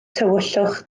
tywyllwch